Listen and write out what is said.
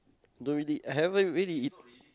don't really haven't really eat